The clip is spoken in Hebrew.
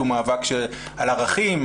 הוא מאבק על ערכים,